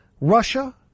Russia